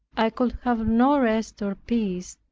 i could have no rest or peace,